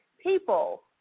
people